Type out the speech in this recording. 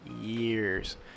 years